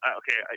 okay